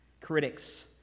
Critics